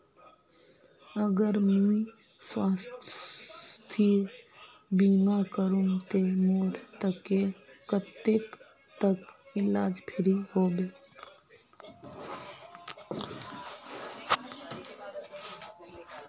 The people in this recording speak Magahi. अगर मुई स्वास्थ्य बीमा करूम ते मोर कतेक तक इलाज फ्री होबे?